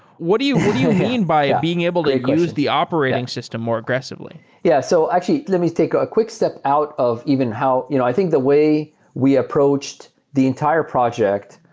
what do you you mean by being able to use the operating system more aggressively? yeah. so actually, let me take a quick step out of even how you know i think the way we approached the entire project,